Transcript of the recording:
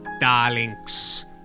darlings